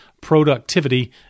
productivity